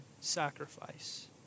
sacrifice